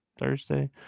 Thursday